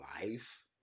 life